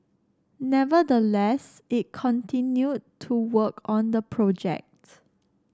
nevertheless it continued to work on the project